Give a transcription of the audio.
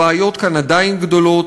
הבעיות כאן עדיין גדולות.